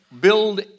build